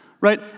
Right